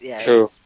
true